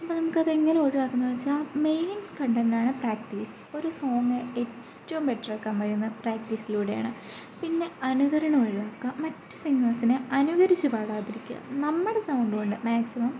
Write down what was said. അപ്പോൾ നമ്മുക്കതെങ്ങനെ ഒഴുവാക്കുന്നു വച്ചാൽ മെയിൻ കണ്ടെൻ്റാണ് പ്രാക്റ്റീസ് ഒരു സോങ്ങ് ഏറ്റവും ബെറ്ററാക്കാൻ കഴിയുന്ന പ്രാക്റ്റീസിലൂടെയാണ് പിന്നെ അനുകരണം ഒഴുവാക്കുക മറ്റു സിംഗേഴ്സിനെ അനുകരിച്ച് പാടാതിരിക്കുക നമ്മുടെ സൗണ്ട് കൊണ്ട് മാക്സിമം